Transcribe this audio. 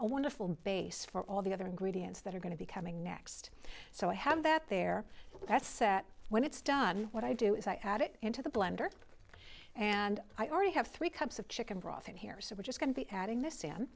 a wonderful base for all the other ingredients that are going to be coming next so i have that there that's set when it's done what i do is i add it into the blender and i already have three cups of chicken broth in here so we're just going to be adding this